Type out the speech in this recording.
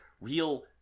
Real